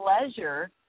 pleasure